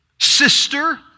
sister